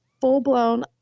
full-blown